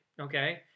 okay